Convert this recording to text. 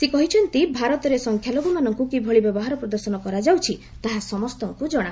ସେ କହିଛନ୍ତି ଭାରତରେ ସଂଖ୍ୟାଲଘୁମାନଙ୍କୁ କିଭଳି ବ୍ୟବହାର ପ୍ରଦର୍ଶନ କରାଯାଉଛି ତାହା ସମସ୍ତଙ୍କୁ ଜଣା